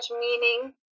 meaning